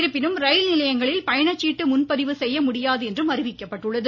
இருப்பினும் ரயில்நிலையங்களில் பயணச்சீட்டு முன்பதிவு செய்ய முடியாது என்றும் அறிவிக்கப்பட்டுள்ளது